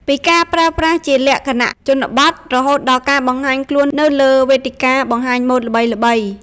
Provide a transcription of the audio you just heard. ពីការប្រើប្រាស់ជាលក្ខណៈជនបទ រហូតដល់ការបង្ហាញខ្លួននៅលើវេទិកាបង្ហាញម៉ូដល្បីៗ។